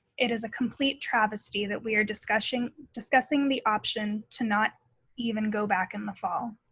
it is a complete travesty that we are discussing discussing the option to not even go back in the fall.